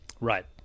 Right